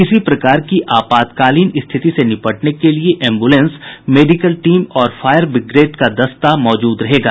किसी प्रकार की आपातकाल स्थिति से निपटने के लिए एम्ब्रेलेंस मेडिकल टीम और फायर बिग्रेड का दस्ता मौजूद रहेगा